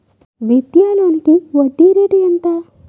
విద్యా లోనికి వడ్డీ రేటు ఎంత?